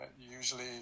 usually